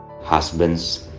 husbands